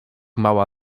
mała